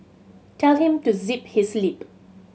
tell him to zip his lip